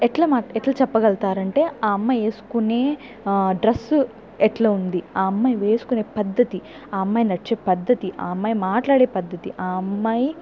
ఎట్ల మా ఎట్ల చెప్పగలతారంటే ఆ అమ్మాయి వేసుకొనే ఆ డ్రస్సు ఎట్ల ఉంది ఆ అమ్మాయి పద్దతి ఆ అమ్మాయి నడిచే పద్దతి ఆ అమ్మాయి మాట్లాడే పద్దతి ఆ అమ్మాయి